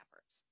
efforts